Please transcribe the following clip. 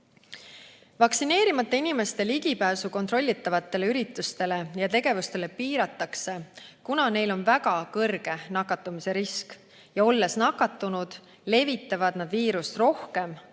Vaktsineerimata inimeste ligipääsu kontrollitavatele üritustele ja tegevustele piiratakse, kuna neil on väga kõrge nakatumise risk, ja olles nakatunud, levitavad nad viirust rohkem